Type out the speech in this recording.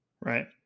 Right